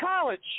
college